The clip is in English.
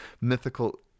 mythical